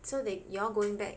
so they you all going back